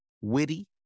witty